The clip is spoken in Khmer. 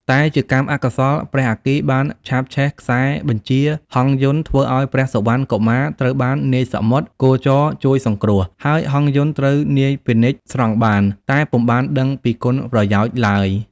តែជាកម្មអកុសល ព្រះអគ្គីបានឆាបឆេះខ្សែបញ្ជាហង្សយន្ត ធ្វើឱ្យព្រះសុវណ្ណកុមារត្រូវបាននាយសមុទ្រគោចរជួយសង្គ្រោះ ហើយហង្សយន្តត្រូវនាយពាណិជ្ជស្រង់បាន តែពុំបានដឹងពីគុណប្រយោជន៍ឡើយ។